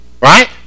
Right